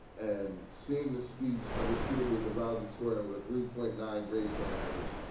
and seeing the speech of this student who was the valedictorian with a three point nine grade point average,